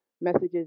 Messages